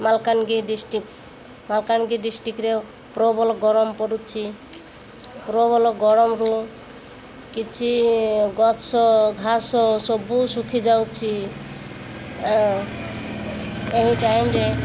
Malkangiri district Malkangiri ଡିଷ୍ଟ୍ରିକ୍ଟ୍ରେ ପ୍ରବଳ ଗରମ ପଡ଼ୁଛି ପ୍ରବଳ ଗରମରୁ କିଛି ଗଛ ଘାସ ସବୁ ଶୁଖିଯାଉଛି ଏ ଟାଇମ୍ରେ